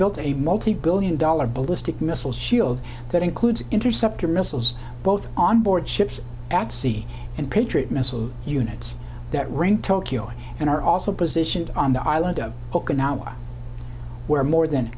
built a multi billion dollar ballistic missile shield that includes interceptor missiles both on board ships at sea and patriot missile units that ring tokyo and are also positioned on the island of okinawa where more than